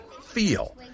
feel